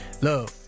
Love